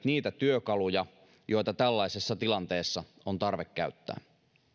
niitä työkaluja joita tällaisessa tilanteessa on tarve käyttää